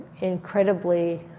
incredibly